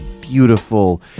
beautiful